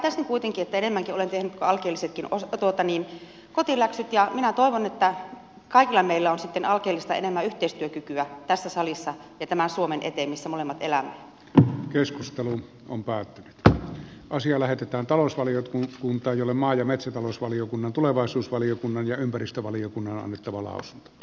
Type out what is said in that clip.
väittäisin kuitenkin että enemmän olen tehnyt kuin alkeellisesti kotiläksyt ja minä toivon että kaikilla meillä on sitten alkeellista enemmän yhteistyökykyä tässä salissa pitämä suomen eteensä molemmat elää jo keskustelu on päättynyt ja asia lähetetään talousvaliokuntaan kunta jolle maa ja tämän suomen eteen missä molemmat elämme